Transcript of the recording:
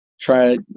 try